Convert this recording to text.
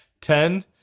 Ten